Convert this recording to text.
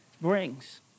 brings